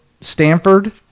Stanford